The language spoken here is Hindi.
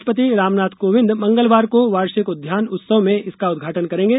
राष्ट्रपति रामनाथ कोविंद मंगलवार को वार्षिक उद्यान उत्सव में इसका उद्घाटन करेंगे